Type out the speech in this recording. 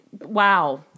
Wow